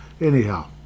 Anyhow